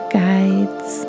guides